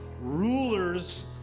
rulers